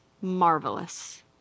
marvelous